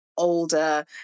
older